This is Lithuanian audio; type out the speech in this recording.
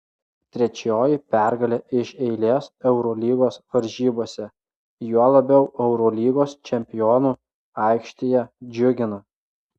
trečioji pergalė iš eilės eurolygos varžybose juo labiau eurolygos čempionų aikštėje džiugina